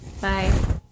Bye